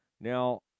Now